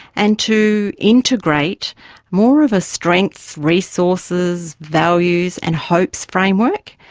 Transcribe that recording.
and to integrate more of a strengths, resources, values and hopes framework.